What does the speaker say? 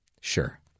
Sure